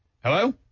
Hello